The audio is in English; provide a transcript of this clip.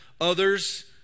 others